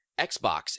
Xbox